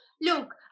look